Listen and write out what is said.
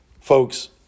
Folks